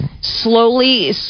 Slowly